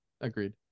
agreed